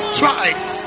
tribes